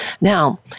Now